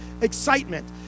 excitement